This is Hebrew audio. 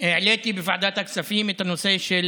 העליתי בוועדת הכספים את הנושא של